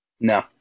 No